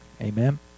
Amen